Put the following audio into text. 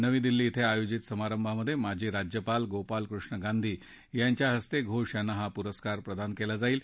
नवी दिल्ली उं आयोजित समारंभात माजी राज्यपाल गोपालकृष्ण गांधी यांच्या हस्ते घोष यांना हा पुरस्कार प्रदान केला जाईल